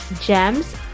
GEMS